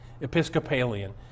Episcopalian